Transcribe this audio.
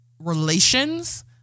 relations